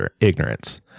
ignorance